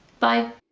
bye!